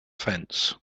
fence